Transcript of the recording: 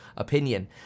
opinion